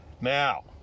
Now